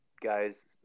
guys